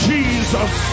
Jesus